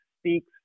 speaks